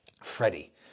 Freddie